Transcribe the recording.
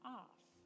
off